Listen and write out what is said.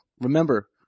remember